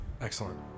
Excellent